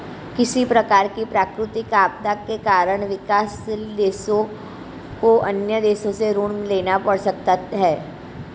किसी प्रकार की प्राकृतिक आपदा के कारण विकासशील देशों को अन्य देशों से ऋण लेना पड़ सकता है